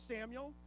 Samuel